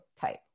type